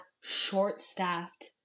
Short-staffed